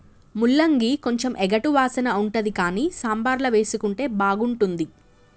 ముల్లంగి కొంచెం ఎగటు వాసన ఉంటది కానీ సాంబార్ల వేసుకుంటే బాగుంటుంది